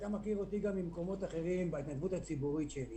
אתה מכיר אותי גם ממקומות אחרים בהתנדבות הציבורית שלי.